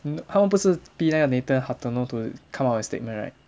um 他们不是逼那个 nathan hartono to come up with statement right